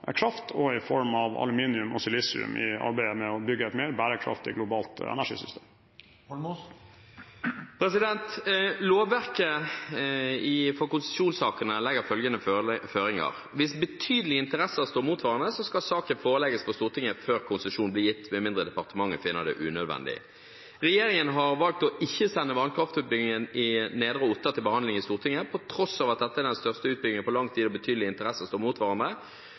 og i form av aluminium og silisium i arbeidet med å bygge et mer bærekraftig globalt energisystem. Lovverket for konsesjonssaker legger følgende føringer: Hvis betydelige interesser står mot hverandre, skal saken forelegges Stortinget før konsesjon blir gitt, med mindre departementet finner det unødvendig. Regjeringen har valgt ikke å sende vannkraftutbyggingen i Nedre Otta til behandling i Stortinget på tross av at dette er den største utbyggingen på lang tid, og at betydelige interesser står